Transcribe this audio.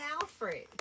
Alfred